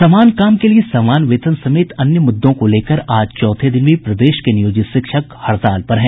समान काम के लिए समान वेतन समेत अन्य मुद्दों को लेकर आज चौथे दिन भी प्रदेश के नियोजित शिक्षक हड़ताल पर हैं